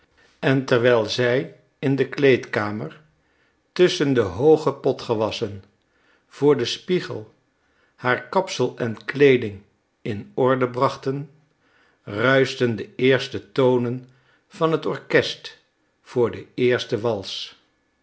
en terwijl zij in de kleedkamer tusschen de hooge potgewassen voor den spiegel haar kapsel en kleeding in orde brachten ruischten de eerste tonen van het orkest voor den eersten wals